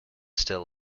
still